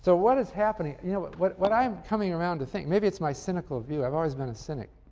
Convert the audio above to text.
so what is happening? you know what what i'm coming around to think maybe it's my cynical view, i've always been a cynic.